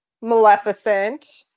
Maleficent